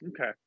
Okay